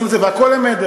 והכול אמת,